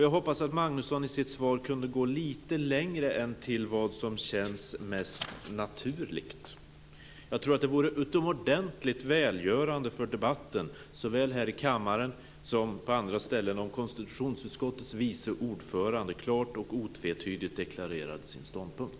Jag hoppas att Magnusson i sitt svar kan gå lite längre än till vad som känns mest naturligt. Jag tror att det vore utomordentligt välgörande för debatten såväl här i kammaren som på andra ställen om konstitutionsutskottets vice ordförande klart och otvetydigt deklarerade sin ståndpunkt.